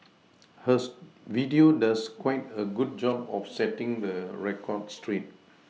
hers video does quite a good job of setting the record straight